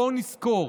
בואו נזכור,